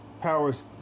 powers